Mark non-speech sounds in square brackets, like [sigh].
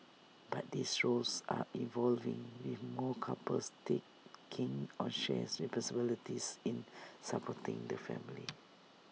but these roles are evolving with more couples taking on shared responsibilities in supporting the family [noise]